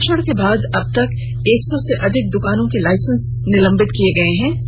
निरीक्षण के बाद अबतक एक सो से अधिक दुकानों का लाइसेंस निलंबित किये गये है